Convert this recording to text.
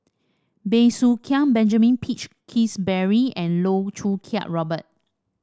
Bey Soo Khiang Benjamin Peach Keasberry and Loh Choo Kiat Robert